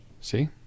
See